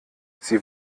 sie